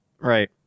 Right